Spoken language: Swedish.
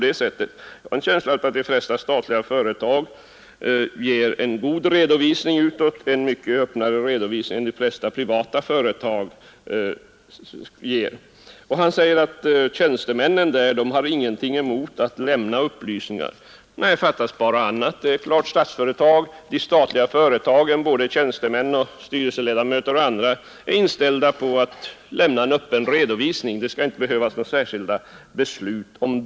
Jag har en känsla av att de flesta statliga företag lämnar en god redovisning utåt, en mycket öppnare redovisning än de flesta privata företag. Herr Andersson framhöll själv att tjänstemännen i de statliga företagen inte har någonting emot att lämna upplysningar. Nej, fattas bara annat. Både tjänstemän och styrelseledamöter i de statliga företagen är inställda på att lämna en öppen redovisning. Det skall inte behövas några särskilda beslut härom.